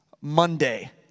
Monday